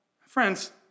Friends